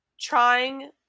trying